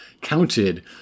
counted